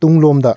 ꯇꯨꯡꯂꯣꯝꯗ